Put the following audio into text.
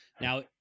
Now